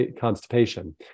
constipation